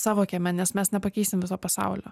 savo kieme nes mes nepakeisim viso pasaulio